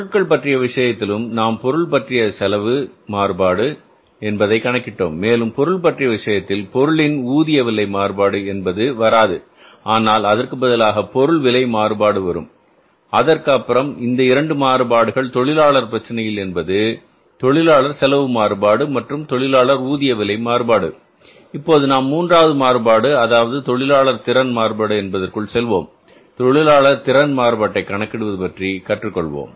பொருட்கள் பற்றிய விஷயத்திலும் நாம் பொருள் செலவு மாறுபாடு என்பதை கணக்கிடடோம் மேலும் பொருள் பற்றிய விஷயத்தில் பொருளின் ஊதிய விலை மாறுபாடு என்பது வராது ஆனால் அதற்கு பதிலாக பொருள் விலை மாறுபாடு வரும் அதற்கு அப்புறம் இந்த இரண்டு மாறுபாடுகள் தொழிலாளர் பிரச்சனையில் என்பது தொழிலாளர் செலவு மாறுபாடு மற்றும் தொழிலாளர் ஊதிய விலை மாறுபாடு இப்போது நாம் மூன்றாவது மாறுபாடு அதாவது தொழிலாளர் திறன் மாறுபாடு என்பதற்குள் செல்வோம் தொழிலாளர் திறன் மாறுபாட்டை கணக்கிடுவது பற்றி கற்றுக்கொள்வோம்